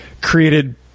created